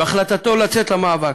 והחלטתו לצאת למאבק.